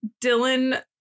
Dylan